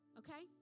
okay